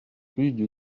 rue